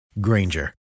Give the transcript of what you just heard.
Granger